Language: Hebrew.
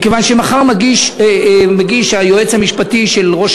מכיוון שמחר מגיש היועץ המשפטי של ראש